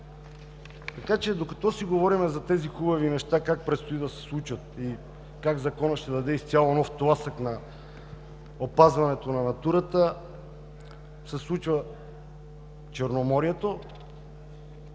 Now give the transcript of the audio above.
Така че, докато си говорим за тези хубави неща как предстои да се случват, и как Законът ще даде изцяло нов тласък на опазването на Натурата, се случва Черноморието